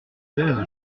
seize